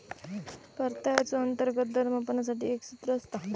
परताव्याचो अंतर्गत दर मापनासाठी एक सूत्र असता